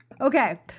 Okay